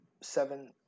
seven –